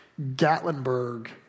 Gatlinburg